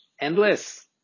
endless